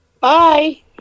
Bye